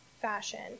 fashion